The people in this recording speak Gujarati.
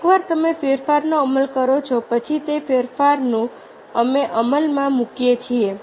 એકવાર તમે ફેરફારનું અમલ કરો છો પછી તે ફેરફારનું નું અમે અમલમાં મૂકીએ છીએ